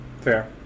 Fair